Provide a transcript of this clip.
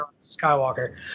Skywalker